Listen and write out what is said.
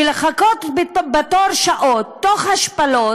ולחכות בתור שעות, תוך השפלות,